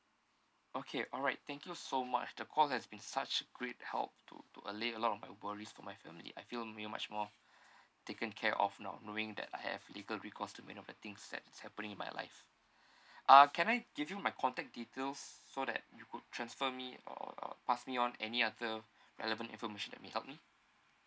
okay alright thank you so much the call has been such great help to to alleviate a lot of my worries to my family I feel a little much more taken care of now knowing that I have little to many of the things that's happening in my life uh can I give you my contact details so that you could transfer me or uh pass me on any other relevant information that may help me